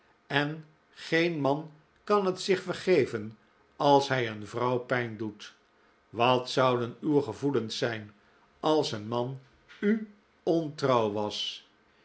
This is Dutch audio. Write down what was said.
en geen man kan het zichzelf vergeven als hij een vrouw pijn doet wat zouden uw gevoelens zijn als een man u ontrouw was